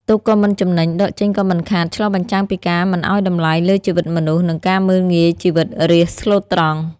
ទុកក៏មិនចំណេញ ដកចេញក៏មិនខាតឆ្លុះបញ្ចាំងពីការមិនឱ្យតម្លៃលើជីវិតមនុស្ស និងការមើលងាយជីវិតរាស្ត្រស្លូតត្រង់។